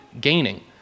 gaining